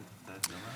מי כתב את ההקדמה?